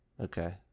Okay